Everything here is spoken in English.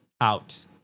out